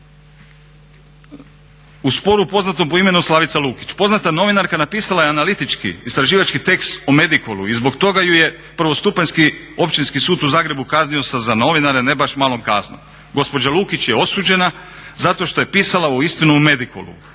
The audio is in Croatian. U sporu poznatom po imenu Slavica Lukić, poznata novinarka napisala je analitički istraživački tekst o Medicolu i zbog toga ju je prvostupanjski Općinski sud u Zagrebu kaznio sa za novinare ne baš malom kaznom. Gospođa Lukić je osuđena zato što je pisala istinu o Medicolu